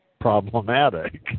problematic